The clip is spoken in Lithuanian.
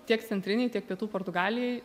tiek centrinėj tiek pietų portugalijoj